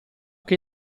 che